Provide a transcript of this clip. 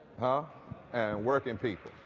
ah and working people.